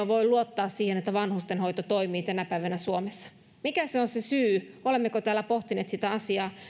voi luottaa siihen että vanhustenhoito toimii tänä päivänä suomessa mikä on se syy olemmeko täällä pohtineet sitä asiaa